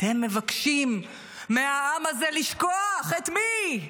אתם מבקשים מהעם הזה לשכוח, את מי?